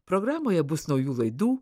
programoje bus naujų laidų